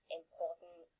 important